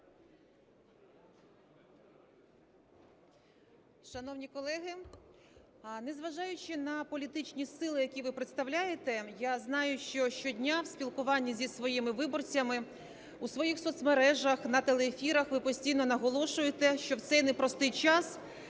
Шановні колеги, незважаючи на політичні сили, які ви представляєте, я знаю, що щодня в спілкуванні зі своїми виборцями, у своїх соцмережах, на телеефірах ви постійно наголошуєте, що в цей непростий час,